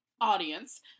audience